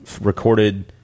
recorded